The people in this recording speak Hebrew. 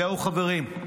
זהו, חברים,